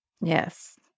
Yes